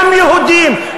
גם יהודים,